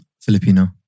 Filipino